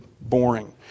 boring